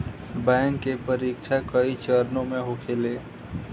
bank के परीक्षा कई चरणों में होखेला